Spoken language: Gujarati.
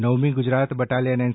Navami Gujarat battalion N